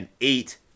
eight